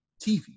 TV